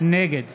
נגד